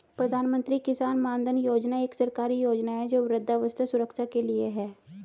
प्रधानमंत्री किसान मानधन योजना एक सरकारी योजना है जो वृद्धावस्था सुरक्षा के लिए है